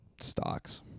stocks